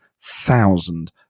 thousand